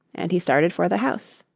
and he started for the house.